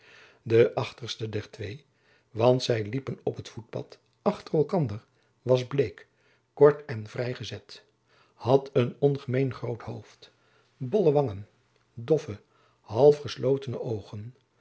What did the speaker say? de achterste der twee want zij liepen op het voetpad achter elkanderen was bleek kort en vrij gezet had een ongemeen groot hoofd bolle wangen doffe halfgeslotene oogen